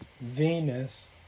Venus